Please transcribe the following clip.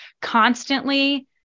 constantly